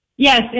Yes